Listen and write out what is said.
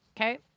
Okay